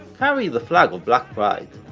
carried the flag of black pride,